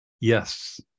Yes